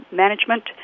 management